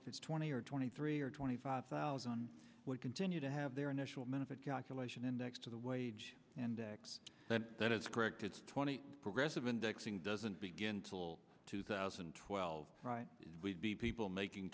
if it's twenty or twenty three or twenty five thousand would continue to have their initial benefit calculation indexed to the wage and then that is correct it's twenty progressive indexing doesn't begin till two thousand and twelve right we'd be people making